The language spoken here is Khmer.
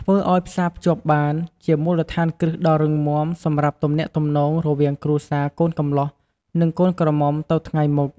ធ្វើអោយផ្សារភ្ជាប់បាន ជាមូលដ្ឋានគ្រឹះដ៏រឹងមាំសម្រាប់ទំនាក់ទំនងរវាងគ្រួសារកូនកម្លោះ និងកូនក្រមុំទៅថ្ងៃមុខ។